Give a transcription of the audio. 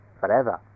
forever